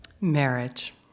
Marriage